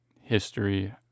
history